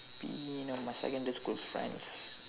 be my secondary school friends